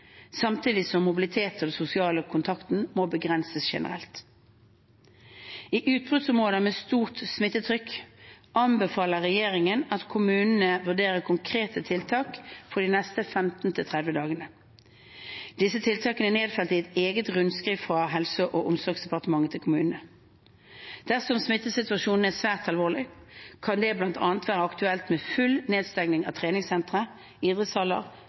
samtidig som mobiliteten og den sosiale kontakten må begrenses generelt. I utbruddsområder med stort smittetrykk anbefaler regjeringen at kommunene vurderer konkrete tiltak for de neste 15–30 dagene. Disse tiltakene er nedfelt i et eget rundskriv fra Helse- og omsorgsdepartementet til kommunene. Dersom smittesituasjonen er svært alvorlig, kan det bl.a. være aktuelt med full nedstenging av treningssentre,